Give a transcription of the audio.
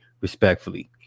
respectfully